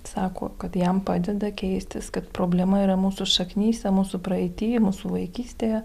sako kad jam padeda keistis kad problema yra mūsų šaknyse mūsų praeity mūsų vaikystėje